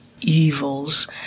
evils